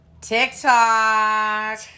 TikTok